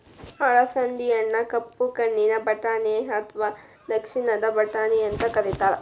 ಅಲಸಂದಿಯನ್ನ ಕಪ್ಪು ಕಣ್ಣಿನ ಬಟಾಣಿ ಅತ್ವಾ ದಕ್ಷಿಣದ ಬಟಾಣಿ ಅಂತ ಕರೇತಾರ